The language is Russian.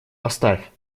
оставь